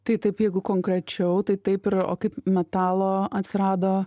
tai taip jeigu konkrečiau tai taip ir o kaip metalo atsirado